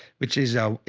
which is a,